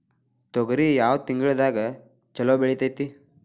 ತೊಗರಿ ಯಾವ ತಿಂಗಳದಾಗ ಛಲೋ ಬೆಳಿತೈತಿ?